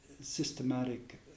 systematic